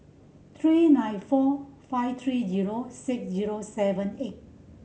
three nine four five three zero six zero seven eight